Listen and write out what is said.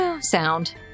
sound